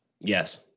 yes